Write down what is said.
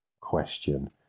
question